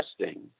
testing